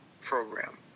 program